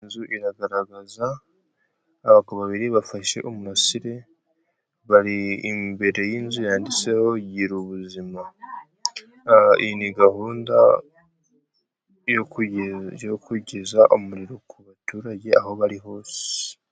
Inzu igaragaza, abagabo babiri bafashe umurasire, bari imbere y'inzu yanditseho gira ubuzima, iyi ni gahunda yo kugeza umuriro ku baturage aho bari hose.